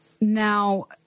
Now